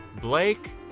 Blake